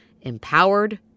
empowered